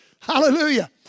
Hallelujah